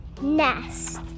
nest